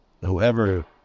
whoever